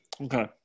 Okay